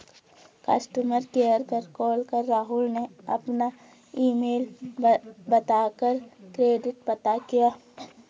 customer care पर call कर राहुल ने अपना ईमेल बता कर क्रेडिट पता किया